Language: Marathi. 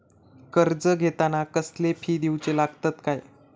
कर्ज घेताना कसले फी दिऊचे लागतत काय?